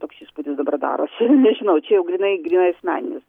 toks įspūdis dabar darosi nežinau čia jau grynai grynai asmeninis